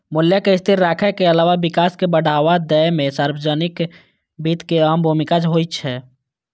मूल्य कें स्थिर राखै के अलावा विकास कें बढ़ावा दै मे सार्वजनिक वित्त के अहम भूमिका होइ छै